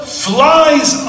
flies